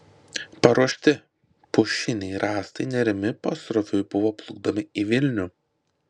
paruošti pušiniai rąstai nerimi pasroviui buvo plukdomi į vilnių